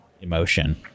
emotion